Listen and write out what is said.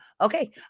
Okay